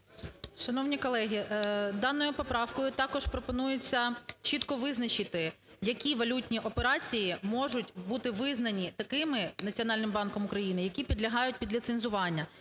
Шановні колеги, даною поправкою також пропонується чітко визначити, які валютні операції можуть бути визнані такими, Національним банком України, які підлягають під ліцензування.